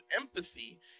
empathy